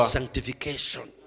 Sanctification